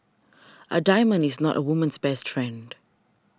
a diamond is not a woman's best friend